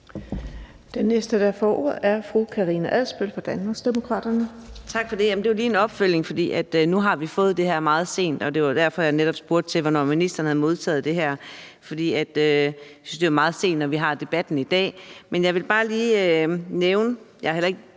Den næste, der får ordet, er fru Karina Adsbøl fra Danmarksdemokraterne. Kl. 17:38 Karina Adsbøl (DD): Tak for det. Det var lige en opfølgning, for nu har vi fået det her meget sent, og det var derfor, jeg netop spurgte til, hvornår ministeren havde modtaget det her. For jeg synes, det var meget sent, når vi har debatten i dag, men jeg ville bare lige nævne – jeg har heller ikke